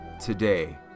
today